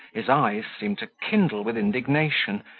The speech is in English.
his eyes seemed to kindle with indignation,